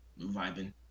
vibing